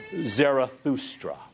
Zarathustra